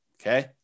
okay